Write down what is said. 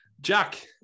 jack